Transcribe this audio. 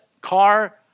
car